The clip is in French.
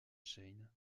shane